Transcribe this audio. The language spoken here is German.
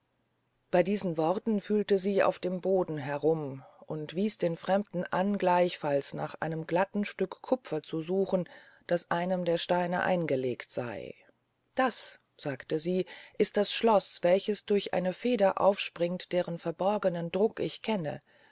bey diesen worten fühlte sie auf dem boden herum und wieß den fremden an gleichfalls nach einem glatten stück kupfer zu suchen das einem der steine eingelegt sey das sagte sie ist das schloß welches durch eine feder aufspringt deren verborgenen druck ich kenne